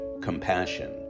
compassion